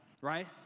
right